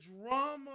drama